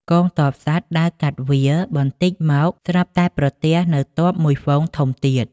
កងទ័ពសត្វដើរកាត់ទីវាល បន្តិចមកស្រាប់តែប្រទះនូវទ័ពមួយហ្វូងធំទៀត។